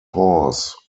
horse